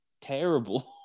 terrible